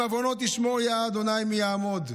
אם עֲו‍ֹנות תשמר יה ה' מי יעמֹד.